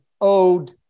owed